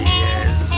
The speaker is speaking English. yes